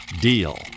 deal